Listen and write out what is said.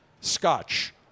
scotch